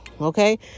okay